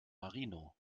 marino